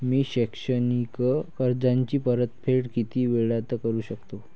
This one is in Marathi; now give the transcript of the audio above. मी शैक्षणिक कर्जाची परतफेड किती वेळात करू शकतो